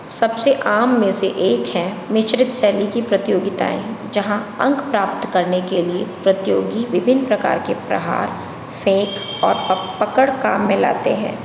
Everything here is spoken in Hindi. सबसे आम में से एक हैं मिश्रित शैली की प्रतियोगिताएँ जहाँ अंक प्राप्त करने के लिए प्रतियोगी विभिन्न प्रकार के प्रहार फेंक और पक पकड़ काम में लाते हैं